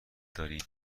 دارین